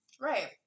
Right